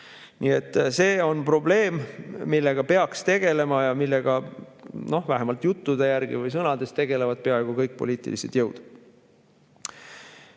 see on probleem, millega peaks tegelema ja millega vähemalt juttude järgi või sõnades tegelevad peaaegu kõik poliitilised jõud.